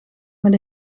met